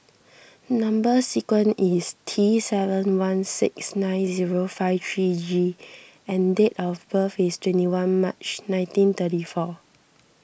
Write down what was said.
Number Sequence is T seven one six nine zero five three G and date of birth is twenty one March nineteen thirty four